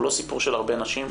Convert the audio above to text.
הוא לא סיפור של הרבה נשים,